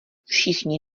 všichni